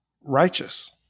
righteous